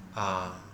ah